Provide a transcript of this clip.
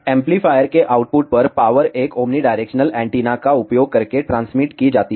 amplifier के output पर power एक ओमनीडायरेक्शनल एंटीना का उपयोग करके ट्रांसमिट की जाती है